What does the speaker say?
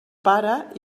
para